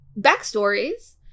backstories